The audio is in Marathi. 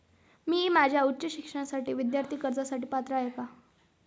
मी माझ्या उच्च शिक्षणासाठी विद्यार्थी कर्जासाठी पात्र आहे का?